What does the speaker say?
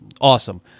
Awesome